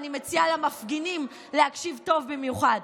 ואני מציעה למפגינים להקשיב טוב במיוחד.